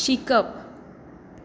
शिकप